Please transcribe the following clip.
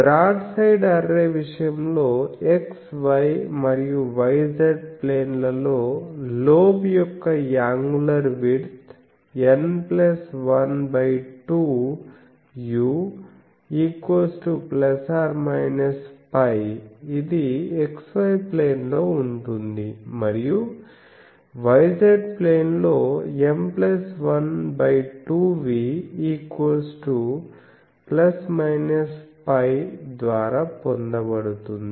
broad side array విషయంలో x y మరియు y z plane లలో లోబ్ యొక్క యాంగులర్ విడ్త్ N 12 u±π ఇది x y ప్లేన్ లో ఉంటుంది మరియు y z ప్లేన్ లో M12 v ±π ద్వారా పొందబడుతుంది